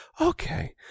Okay